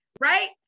right